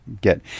get